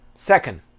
Second